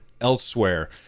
elsewhere